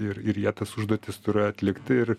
ir ir jie tas užduotis turi atlikti ir